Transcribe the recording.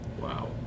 Wow